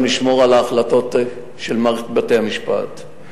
לשמור על ההחלטות של מערכת בתי-המשפט.